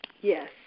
yes